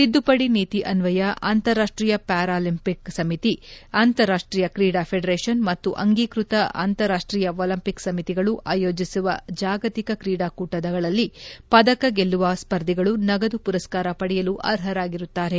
ತಿದ್ದುಪಡಿ ನೀತಿ ಅನ್ನಯ ಅಂತಾರಾಷ್ಷೀಯ ಪ್ಲಾರಾಲಿಂಪಿಕ್ ಸಮಿತಿ ಅಂತಾರಾಷ್ಷೀಯ ಕ್ರೀಡಾ ಫೇಡರೇಷನ್ ಮತ್ತು ಅಂಗೀಕೃತ ಅಂತಾರಾಷ್ವೀಯ ಒಲಿಂಪಿಕ್ ಸಮಿತಿಗಳು ಆಯೋಜಿಸುವ ಜಾಗತಿಕ ಕ್ರೀಡಾಕೂಟಗಳಲ್ಲಿ ಪದಕ ಗೆಲ್ಲುವ ಸ್ಪರ್ಧಿಗಳು ನಗದು ಪುರಸ್ಥಾರ ಪಡೆಯಲು ಅರ್ಹರಾಗಿರುತ್ತಾರೆ